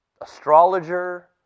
astrologer